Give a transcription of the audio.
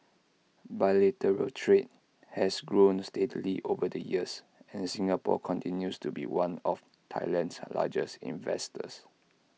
bilateral trade has grown steadily over the years and Singapore continues to be one of Thailand's largest investors